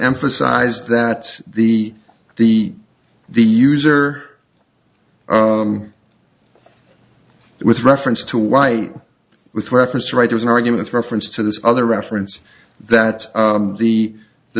emphasized that the the the user with reference to why with reference writers arguments reference to those other references that the the